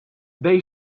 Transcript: they